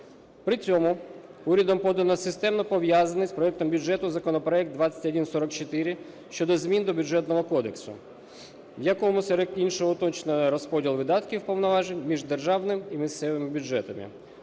При цьому урядом подано системно пов'язаний з проектом бюджету законопроект 2144 щодо змін до Бюджетного кодексу, в якому серед іншого уточнено розподіл видатків повноважень між державним і місцевими бюджетами.